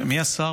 מי השר